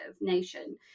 nation